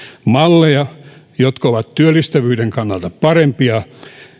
malleja jotka ovat työllistävyyden kannalta parempia